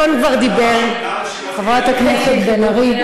הרי העיתון כבר דיבר, חברת הכנסת בן ארי.